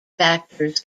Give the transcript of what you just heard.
factors